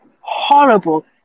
horrible